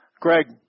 Greg